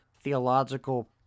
theological